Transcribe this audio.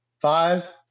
Five